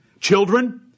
Children